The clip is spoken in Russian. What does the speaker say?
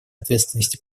ответственности